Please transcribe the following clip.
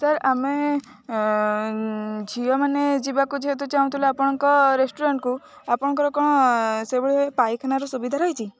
sir ଆମେ ଝିଅମାନେ ଯିବାକୁ ଯେହେତୁ ଚାହୁଁଥିଲୁ ଆପଣଙ୍କ ରେଷ୍ଟୁରାଣ୍ଟକୁ ଆପଣଙ୍କର କ'ଣ ସେଇଭଳିଆ ପାଇଖାନାର ସୁବିଧା ରହିଛି